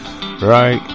Right